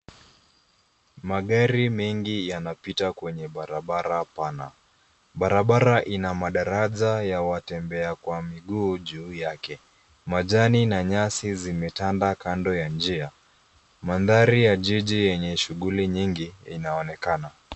Magari mengi yanapita kwenye barabara pana. Barabara ina madaraja ya watembea kwa miguu juu yake. Majani na nyasi zimetanda kando ya njia. Mandhari ya jiji yenye shughuli nyingi , inaonekana.